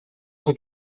son